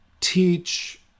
teach